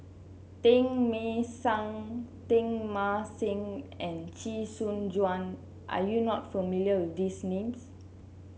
Teng Mah Seng Teng Mah Seng and Chee Soon Juan are you not familiar with these names